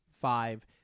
five